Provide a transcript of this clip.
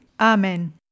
Amen